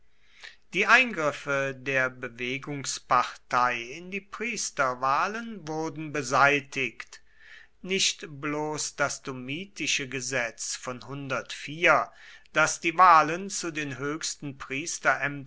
die eingriffe der bewegungspartei in die priesterwahlen wurden beseitigt nicht bloß das domitische gesetz von das die wahlen zu den höchsten